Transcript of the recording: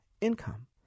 income